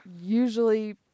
Usually